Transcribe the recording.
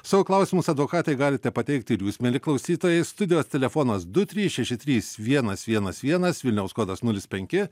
savo klausimus advokatei galite pateikti ir jūs mieli klausytojai studijos telefonas du trys šeši trys vienas vienas vienas vilniaus kodas nulis penki